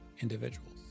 individuals